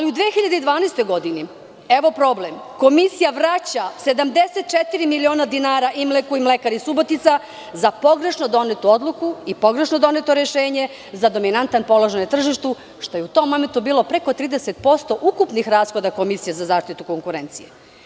U 2012. godini evo problema, Komisija vraća 74 miliona dinara „Imleku“ i „Mlekari Subotica“ za pogrešno donetu odluku i pogrešno doneto rešenje za dominantan položaj na tržištu, što je u tom momentu bilo preko 30% ukupnih rashoda Komisije za zaštitu konkurencije.